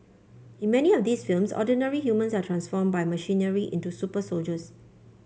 in many of these films ordinary humans are transform by machinery into super soldiers